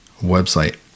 website